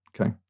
Okay